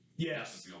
Yes